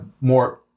more